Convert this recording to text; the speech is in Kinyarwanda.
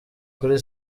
kuri